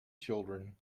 children